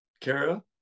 Kara